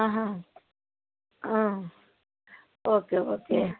okay okay